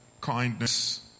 kindness